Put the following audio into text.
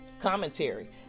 commentary